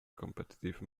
competitive